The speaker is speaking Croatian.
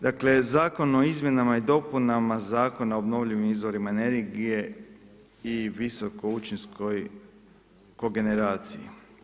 Dakle, Zakon o izmjenama i dopunama Zakona o obnovljiva izvorima energije i visokoučinkovitoj kogeneraciji.